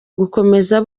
gukomeza